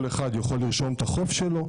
כל אחד יוכל לרשום איפה החוף שלו,